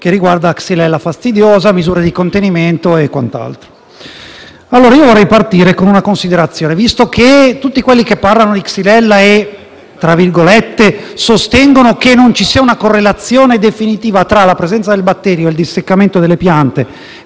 che riguardano la xylella fastidiosa, le misure di contenimento e quant'altro. Vorrei partire con una considerazione: visto che tutti quelli che parlano di xylella e sostengono che non ci sia una correlazione definitiva tra la presenza del batterio e il disseccamento delle piante